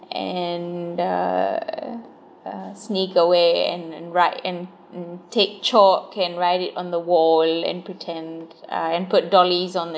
and uh uh sneak away and and write and and take chalk and write it on the wall and pretend and put dollies on the